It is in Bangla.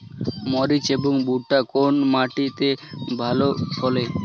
মরিচ এবং ভুট্টা কোন মাটি তে ভালো ফলে?